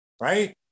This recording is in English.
right